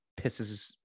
pisses